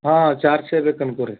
ಹಾಂ ಚಾರ್ ಚೆ ಬೇಕು ಅನ್ಕೊ ರೀ